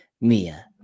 Mia